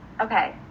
okay